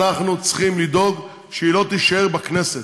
אנחנו צריכים לדאוג שהיא לא תישאר בכנסת.